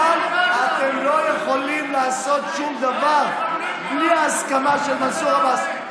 אבל אתם לא יכולים לעשות שום דבר בלי ההסכמה של מנסור עבאס.